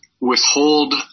withhold